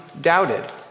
doubted